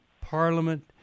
Parliament